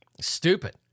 Stupid